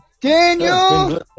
Daniel